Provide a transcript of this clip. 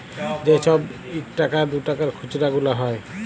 যে ছব ইকটাকা দুটাকার খুচরা গুলা হ্যয়